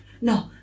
No